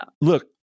look